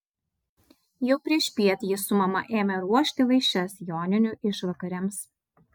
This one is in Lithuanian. jau priešpiet ji su mama ėmė ruošti vaišes joninių išvakarėms